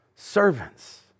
Servants